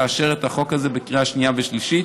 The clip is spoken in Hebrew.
לאשר את החוק הזה בקריאה שנייה ושלישית.